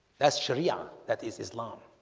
that's sharia, that is islam